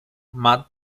mud